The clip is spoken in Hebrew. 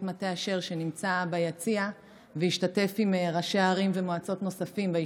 שנמצא ביציע והשתתף בישיבה בוועדת כספים עם ראשי ערים ומועצות נוספים.